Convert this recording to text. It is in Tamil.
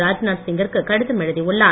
ராஜ்நாத் சிங் கிற்கு கடிதம் எழுதியுள்ளார்